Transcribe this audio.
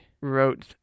wrote